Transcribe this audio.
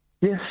Yes